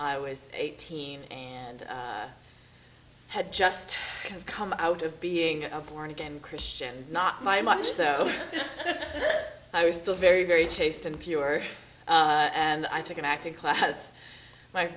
i was eighteen and had just come out of being a born again christian not my mother so i was still very very chaste and pure and i took an acting class